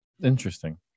Interesting